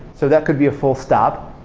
so that could be a full stop.